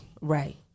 Right